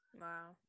Wow